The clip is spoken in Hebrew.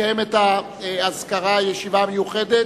נקיים את האזכרה, ישיבה מיוחדת,